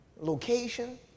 location